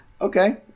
Okay